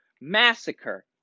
massacre